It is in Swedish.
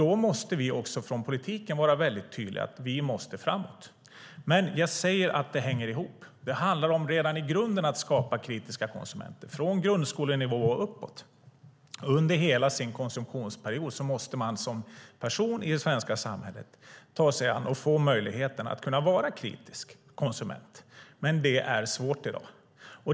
Då måste vi från politiken vara mycket tydliga med att vi måste framåt. Men jag säger att det hänger ihop. Det handlar om att redan i grunden skapa kritiska konsumenter, från grundskolenivå och uppåt. Under hela sin konsumtionsperiod måste man som person i det svenska samhället ta sig an och få möjligheten att vara kritisk konsument. Men det är svårt i dag.